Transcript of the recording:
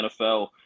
NFL